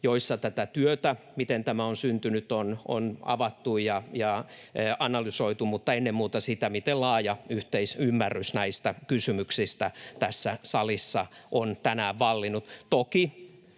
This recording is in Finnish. joissa tätä työtä, miten tämä on syntynyt, on avattu ja analysoitu, mutta ennen muuta sitä, miten laaja yhteisymmärrys näistä kysymyksistä tässä salissa on tänään vallinnut.